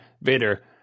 Vader